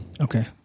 Okay